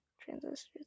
transistors